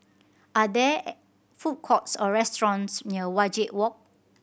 are there food courts or restaurants near Wajek Walk